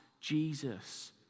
Jesus